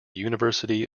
university